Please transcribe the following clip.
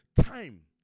time